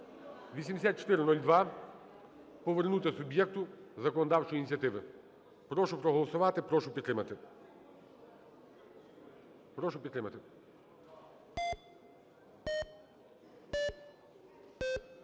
(8402) повернути суб'єкту законодавчої ініціативи. Прошу проголосувати, прошу підтримати. Прошу підтримати.